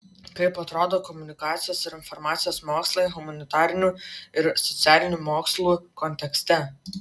kaip atrodo komunikacijos ir informacijos mokslai humanitarinių ir socialinių mokslų kontekste